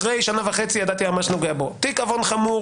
אחרי שנה וחצי ידעתי שהיועמ"ש נוגע בו; תיק עוון חמור?